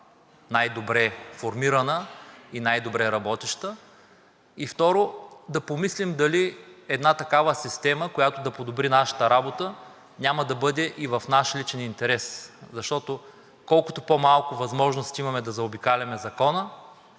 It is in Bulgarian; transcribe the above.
най-добре формирана и най-добре работеща. И второ, да помислим дали една такава система, която да подобри нашата работа, няма да бъде и в наш личен интерес, защото колкото по-малко възможности имаме да заобикаляме закона,